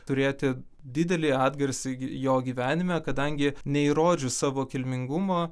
turėti didelį atgarsį jo gyvenime kadangi neįrodžius savo kilmingumo